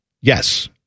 yes